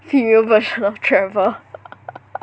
female version of Trevor